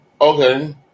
Okay